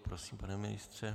Prosím, pane ministře.